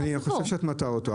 נעה, אני חושב שאת מטעה אותו.